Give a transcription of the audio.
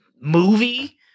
movie